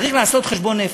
צריך לעשות חשבון נפש,